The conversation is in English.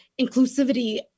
inclusivity